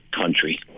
country